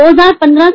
2015